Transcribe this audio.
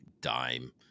dime